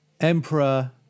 Emperor